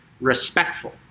respectful